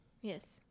Yes